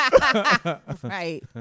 right